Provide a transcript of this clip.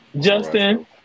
Justin